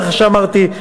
כמו שאמרתי,